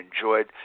enjoyed